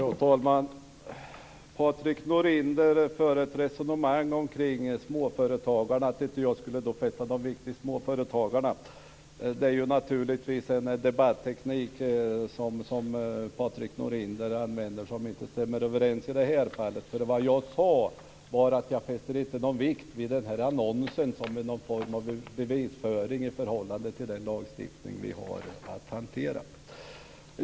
Fru talman! Patrik Norinder för ett resonemang kring småföretagarna och säger att jag inte skulle fästa någon vikt vid dessa. Det är naturligtvis en debatteknik från Patrik Norinder som inte stämmer i det här fallet. Vad jag sade var att jag inte fäster någon vikt vid den här annonsen som någon form av bevisföring i förhållande till den lagstiftning vi har att hantera.